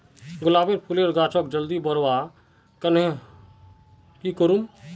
गुलाब फूलेर गाछोक जल्दी बड़का कन्हे करूम?